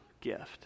gift